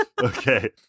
Okay